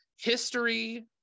history